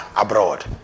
abroad